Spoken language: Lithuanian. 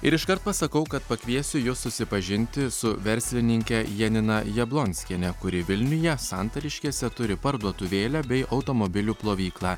ir iškart pasakau kad pakviesiu jus susipažinti su verslininke janina jablonskiene kuri vilniuje santariškėse turi parduotuvėlę bei automobilių plovyklą